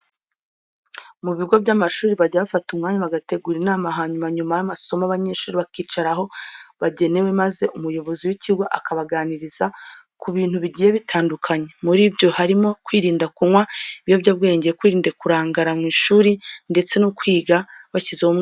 Mu bigo by'amashuri bajya bafata umwanya bagategura inama, hanyuma nyuma y'amasomo abanyeshuri bakicara aho bagenewe maze umuyobozi w'ikigo akabaganiriza ku bintu bigiye bitandukanye. Muri byo harimo kwirinda kunywa ibiyobyabwenge, kwirinda kurangara mu ishuri, ndetse no kwiga bashyizeho umwete.